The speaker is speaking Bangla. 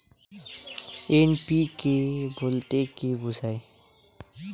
এন.পি.কে বলতে কী বোঝায়?